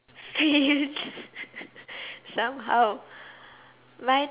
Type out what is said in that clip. somehow like